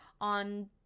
on